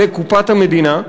לקופת המדינה,